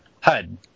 HUD